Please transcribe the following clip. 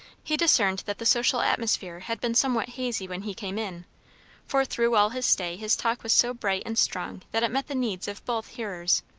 he discerned that the social atmosphere had been somewhat hazy when he came in for through all his stay his talk was so bright and strong that it met the needs of both hearers.